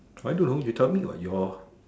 I don't know you tell me what your